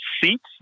seats